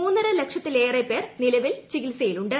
മൂന്നൂരല്ക്ഷത്തിലേറെ പേർ നിലവിൽ ചികിത്സയിലുണ്ട്